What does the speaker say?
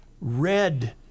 red